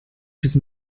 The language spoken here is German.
wissen